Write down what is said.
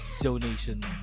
donation